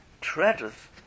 treadeth